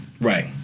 Right